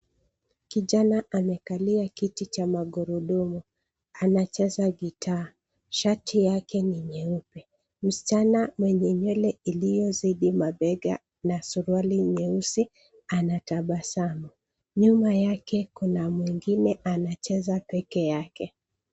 Kijana amekalia kiti cha magurudumu, anacheza gitaa. Shati yake ni nyeupe. Msichana mwenye nywele iliyozidi mabega na suruali nyeusi anatabasamu. Nyuma yake kuna mwingine anacheza pekee yake.